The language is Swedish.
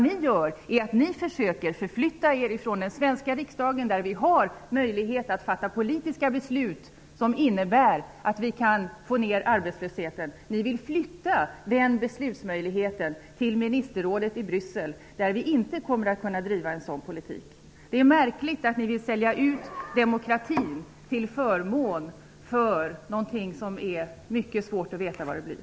Ni försöker förflytta beslutsmöjligheterna ifrån den svenska riksdagen, där vi har möjlighet att fatta politiska beslut som innebär att vi kan få ner arbetslösheten, till ministerrådet i Bryssel, där vi inte kommer att kunna driva en sådan politik. Det är märkligt att ni vill sälja ut demokratin till förmån för något som det är mycket svårt att veta vad det blir.